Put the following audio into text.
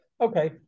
okay